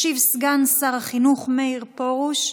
ישיב סגן שר החינוך מאיר פרוש.